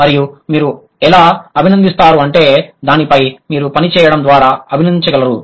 మరియు మీరు ఎలా అభినందిస్తారు అంటే దానిపై మీరు పని చేయడం ద్వారా అభినందించగలరు